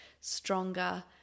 stronger